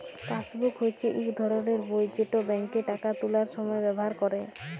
passbook হচ্যে ইক ধরলের বই যেট ব্যাংকে টাকা তুলার সময় ব্যাভার ক্যরে